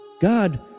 God